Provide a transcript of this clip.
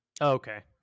okay